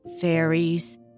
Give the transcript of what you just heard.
fairies